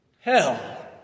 Hell